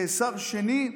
כשר שני.